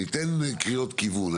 ניתן קריאות כיוון,